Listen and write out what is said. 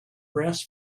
brass